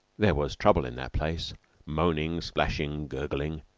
there was trouble in that place moaning, splashing, gurgling,